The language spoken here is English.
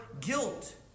guilt